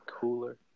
cooler